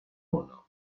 uno